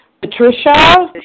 Patricia